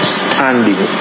standing